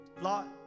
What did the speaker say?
Lot